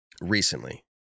recently